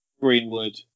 Greenwood